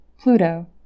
Pluto